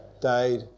died